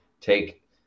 Take